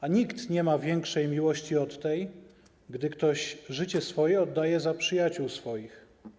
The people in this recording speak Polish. A nie ma większej miłości od tej, gdy ktoś życie swoje oddaje za przyjaciół swoich.